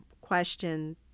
question